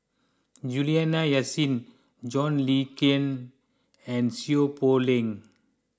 Juliana Yasin John Le Cain and Seow Poh Leng